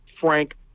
frank